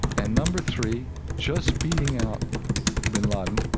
and number three, just beating out bin laden,